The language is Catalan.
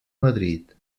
madrid